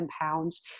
pounds